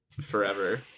forever